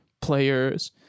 players